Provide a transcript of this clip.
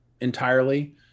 entirely